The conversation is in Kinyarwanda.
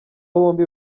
bombi